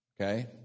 Okay